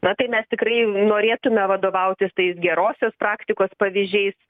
na tai mes tikrai norėtume vadovautis tais gerosios praktikos pavyzdžiais